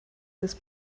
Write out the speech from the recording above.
his